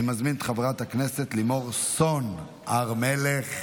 אני מזמין את חברת הכנסת לימור סון הר מלך.